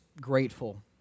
grateful